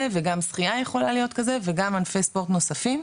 וגם שחייה יכולה להיות כזו וגם ענפי ספורט נוספים,